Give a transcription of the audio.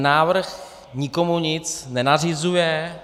Návrh nikomu nic nenařizuje.